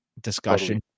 discussion